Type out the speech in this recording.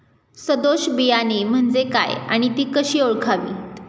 सदोष बियाणे म्हणजे काय आणि ती कशी ओळखावीत?